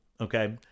Okay